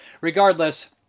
regardless